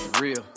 Real